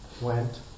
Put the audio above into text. went